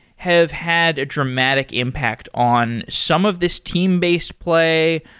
have had a dramatic impact on some of this team-based play,